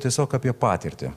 tiesiog apie patirtį